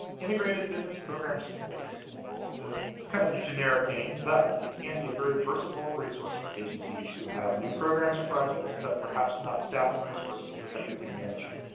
integrated business program supports, it's kind of a generic name. but it can be a very versatile resource for agencies who have new programs and projects but perhaps not staffing resources to effectively manage it.